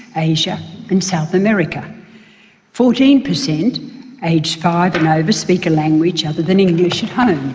asia and south america fourteen percent aged five and over speak a language other than english at home.